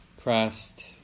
Crest